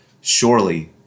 Surely